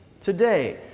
Today